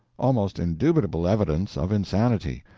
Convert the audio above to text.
almost indubitable evidence of insanity.